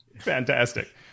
fantastic